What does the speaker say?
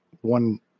one